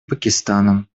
пакистаном